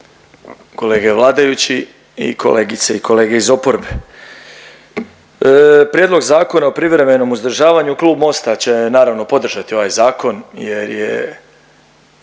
kolege vladajući i kolegice i kolege iz oporbe. Prijedlog zakona o privremenom uzdržavanju klub Mosta će naravno podržati ovaj zakon jer je